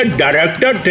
director